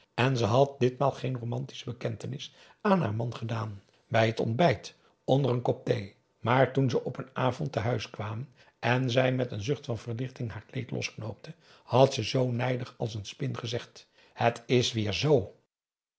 en ze had ditmaal geen romantische bekentenis aan haar man gedaan bij het ontbijt onder een kop thee maar toen ze op een avond t huis kwamen en zij met een zucht van verlichting haar kleed losknoopte had ze zoo nijdig als een spin gezegd het is weer z